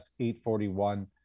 841